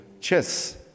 chess